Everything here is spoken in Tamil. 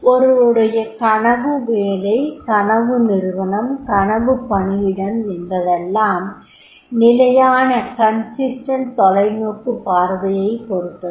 ஒருவருடைய கனவு வேலை கனவு நிறுவனம் கனவுப் பணியிடம் என்பதெல்லாம் நிலையான தொலைநோக்குப் பார்வையைப் பொருத்தது